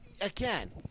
again